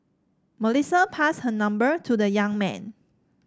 Melissa passed her number to the young man